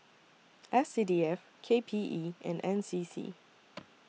S C D F K P E and N C C